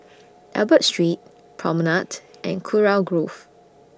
Albert Street Promenade and Kurau Grove